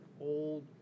old